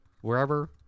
wherever